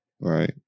right